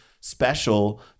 special